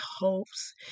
hopes